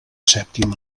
sèptima